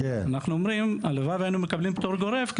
אנחנו אומרים הלוואי והיינו מקבלים פטור גורף.